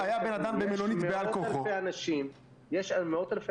היה בן-אדם במלונית בעל כורחו --- יש מאות אלפי